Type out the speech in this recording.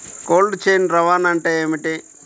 Cold chain రవాణా అంటే ఏమిటీ?